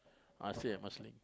I stay at Marsiling